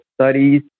studies